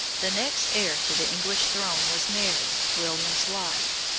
the next heir to the english throne was mary, william's wife.